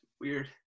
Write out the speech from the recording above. weird